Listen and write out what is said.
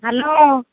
hello